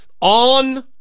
on